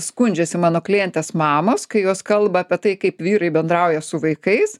skundžiasi mano klientės mamos kai jos kalba apie tai kaip vyrai bendrauja su vaikais